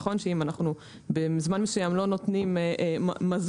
אם אנחנו בזמן מסוים לא נותנים מזור